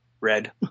red